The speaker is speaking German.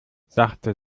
sachte